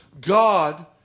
God